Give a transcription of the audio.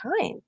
time